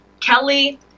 Kelly